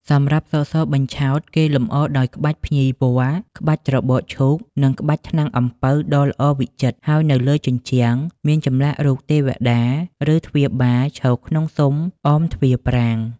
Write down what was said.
សម្រាប់សសរបញ្ឆោត គេលម្អដោយក្បាច់ភ្ញីវល្លិ៍ ក្បាច់ត្របកឈូក និងក្បាច់ ថ្នាំងអំពៅដ៏ល្អវិចិត្រ ហើយនៅលើជញ្ជាំងមានចម្លាក់រូបទេវតា ឬទ្វារបាលឈរក្នុងស៊ុមអមទ្វារប្រាង្គ។